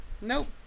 Nope